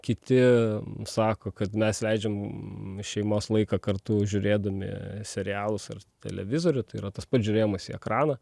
kiti sako kad mes leidžiam šeimos laiką kartu žiūrėdami serialus ar televizorių tai yra tas pats žiūrėjimas į ekraną